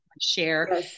share